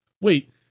Wait